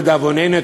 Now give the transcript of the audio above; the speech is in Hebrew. לדאבוננו,